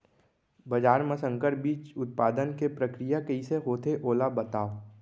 बाजरा मा संकर बीज उत्पादन के प्रक्रिया कइसे होथे ओला बताव?